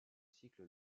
cycle